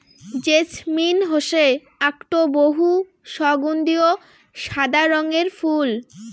jasmine হসে আকটো বহু সগন্ধিও সাদা রঙের ফুল